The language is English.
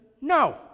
No